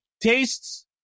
tastes